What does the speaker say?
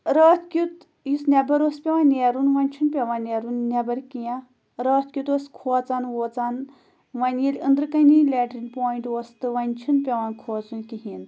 رٲتھ کیُتھ یُس نٮ۪بَر اوس پٮ۪وان نیرُن وۄنۍ چھُنہٕ پٮ۪وان نیرُن نٮ۪بَر کیٚنٛہہ راتھ کیُتھ اوس کھوژان ووژان وۄنۍ ییٚلہِ أنٛدرٕ کَنی لیٹریٖن پایِنٛٹ اوس تہٕ وۄنۍ چھُنہٕ پٮ۪وان کھوژُن کِہیٖنۍ